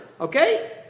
Okay